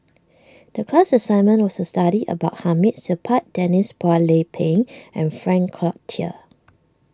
the class assignment was to study about Hamid Supaat Denise Phua Lay Peng and Frank Cloutier